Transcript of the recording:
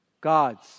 God's